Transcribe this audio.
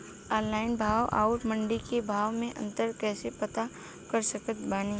Online भाव आउर मंडी के भाव मे अंतर कैसे पता कर सकत बानी?